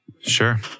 Sure